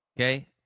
Okay